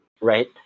Right